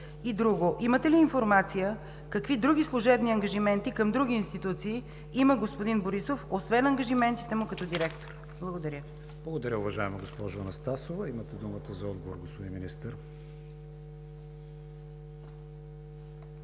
И друго: имате ли информация какви други служебни ангажименти към други институции има господин Борисов освен ангажиментите му като директор? Благодаря. ПРЕДСЕДАТЕЛ КРИСТИАН ВИГЕНИН: Благодаря, уважаема госпожо Анастасова. Имате думата за отговор, господин Министър.